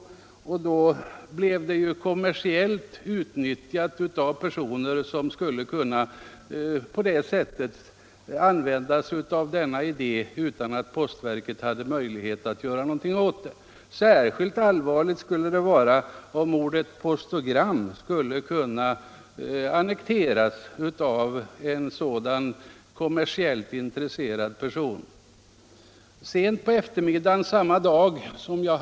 Postverket skulle bli kommersiellt utnyttjat av personer som på det sättet skulle kunna använda denna idé utan att postverket hade möjligheter att göra någonting åt det. Särskilt allvarligt skulle det vara om ordet postogram annekterades av någon kommersiellt intresserad person. Sent på eftermiddagen samma dag som jag.